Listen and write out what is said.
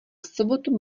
sobotu